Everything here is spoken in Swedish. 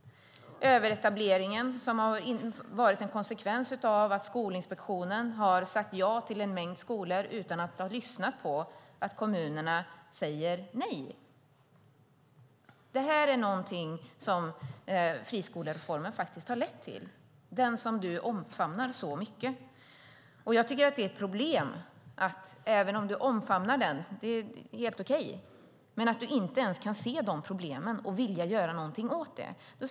Överetableringen är en konsekvens av att Skolinspektionen sagt ja till en mängd skolor utan att ha lyssnat på kommunerna, som sagt nej. Detta är någonting som friskolereformen, som Tina Acketoft så gärna omfamnar, har lett till. Det är helt okej att hon omfamnar den, men jag tycker att det är problematiskt att hon inte ens kan se problemen eller vill göra någonting åt dem.